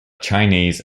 chinese